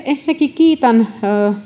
ensinnäkin kiitän